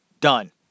Done